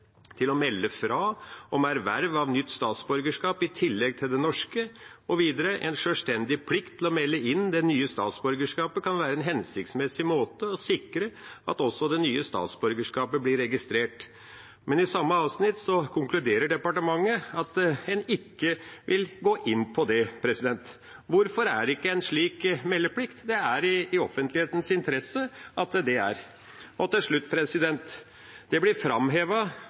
til å melde fra om erverv av nytt statsborgerskap i tillegg til det norske. En selvstendig plikt til å melde inn det nye statsborgerskapet kan være en hensiktsmessig måte å sikre at også det nye statsborgerskapet blir registrert.» Men i samme avsnitt konkluderer departementet med at en ikke vil gå inn på det. Hvorfor er det ikke en slik meldeplikt? Det er i offentlighetens interesse at det er det. Til slutt: Det blir